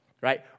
right